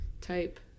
type